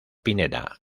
pineda